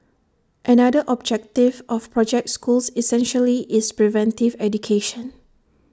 another objective of project schools essentially is preventive education